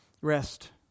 rest